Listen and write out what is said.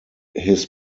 his